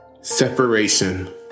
Separation